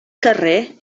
carrer